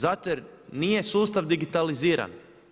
Zato jer nije sustav digitaliziran.